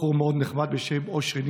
בחור מאוד נחמד בשם אושרי נזרי,